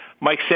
Mike